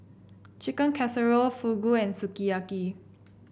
Chicken Casserole Fugu and Sukiyaki